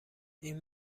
این